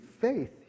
faith